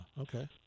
okay